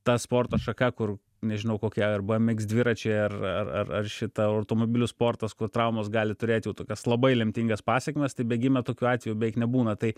ta sporto šaka kur nežinau kokia arba miks dviračiai ar ar ar šita automobilių sportas kur traumos gali turėti jau tokias labai lemtingas pasekmes tai bėgime tokių atvejų beveik nebūna tai